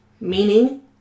meaning